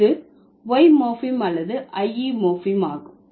இது y morpheme அல்லது ie morpheme ஆகும்